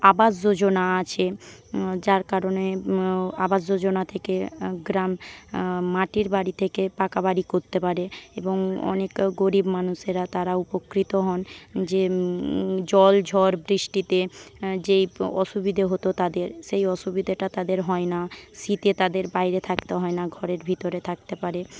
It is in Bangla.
আবাস যোজনা আছে যার কারণে আবাস যোজনা থেকে গ্রাম মাটির বাড়ি থেকে পাকাবাড়ি করতে পারে এবং অনেক গরিব মানুষেরা তারা উপকৃত হন যে জল ঝড় বৃ্ষ্টিতে যে অসুবিধে হত তাদের সেই অসুবিধেটা তাদের হয় না শীতে তাদের বাইরে থাকতে হয় না ঘরের ভিতরে থাকতে পারে